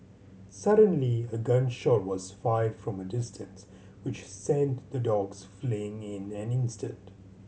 suddenly a gun shot was fired from a distance which sent the dogs fleeing in an instant